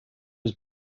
was